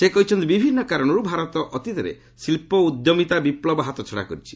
ସେ କହିଛନ୍ତି ବିଭିନ୍ନ କାରଣରୁ ଭାରତ ଅତୀତରେ ଶିଳ୍ପ ଓ ଉଦ୍ୟମିତା ବିପ୍ଳବ ହାତଛଡ଼ା କରିଛି